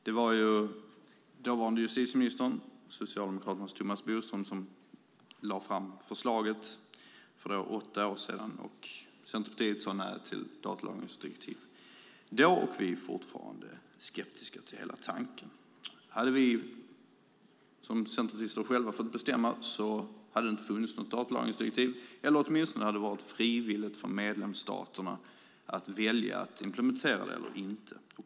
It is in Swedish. Det var dåvarande justitieministern, socialdemokraten Thomas Bodström, som för åtta år sedan lade fram förslaget. Centerpartiet sade nej till datalagringsdirektivet då, och vi är fortfarande skeptiska till hela tanken. Hade vi centerpartister själva fått bestämma hade det inte funnits något datalagringsdirektiv eller så hade det åtminstone varit frivilligt för medlemsstaterna att välja att implementera det eller inte.